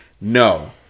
No